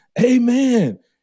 Amen